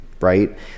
right